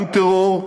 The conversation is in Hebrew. גם טרור,